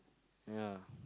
ya